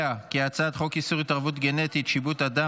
חוק איסור התערבות גנטית (שיבוט אדם